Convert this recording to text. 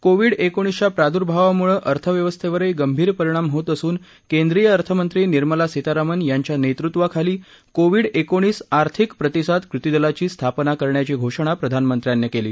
Covid एकोणीसच्या प्रादुर्भावामुळे अर्थव्यवस्थेवरही गंभीर परिणाम होत असून केंद्रीय अर्थमंत्री निर्मला सीतारामन यांच्या नेतृत्वाखाली कोविड एकोणीस आर्थिक प्रतिसाद कृतीदलाची स्थापना करण्याची घोषणा प्रधानमंत्र्यांनी केली